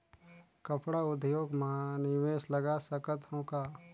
कपड़ा उद्योग म निवेश लगा सकत हो का?